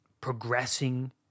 progressing